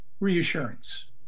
Reassurance